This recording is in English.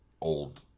old